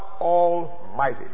Almighty